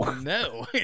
No